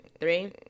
Three